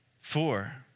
four